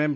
M